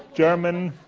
german,